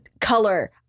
color